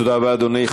תודה רבה, אדוני.